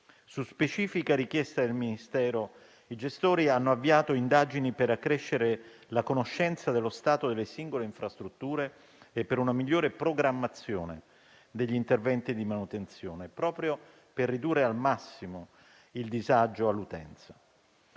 Su specifica richiesta del Ministero, i gestori hanno avviato indagini per accrescere la conoscenza dello stato delle singole infrastrutture e per una migliore programmazione degli interventi di manutenzione, così da ridurre al massimo il disagio all'utenza.